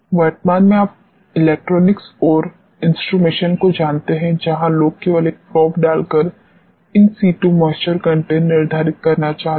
वर्तमान में आप इलेक्ट्रॉनिक्स और इंस्ट्रूमेंटेशन को जानते हैं जहां लोग केवल एक प्रोब डालकर इन सीटू मॉइस्चर कंटेंट निर्धारित करना चाहते हैं